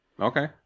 okay